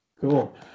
Cool